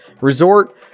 Resort